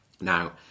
Now